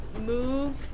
move